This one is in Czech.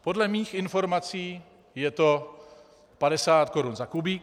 Podle mých informací je to 50 korun za kubík.